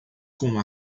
com